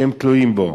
שהם תלויים בו.